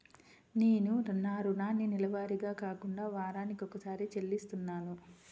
నేను నా రుణాన్ని నెలవారీగా కాకుండా వారానికోసారి చెల్లిస్తున్నాను